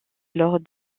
lors